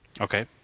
Okay